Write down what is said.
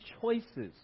choices